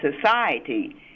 society